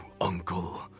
uncle